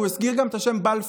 הוא גם הזכיר את השם "בלפור".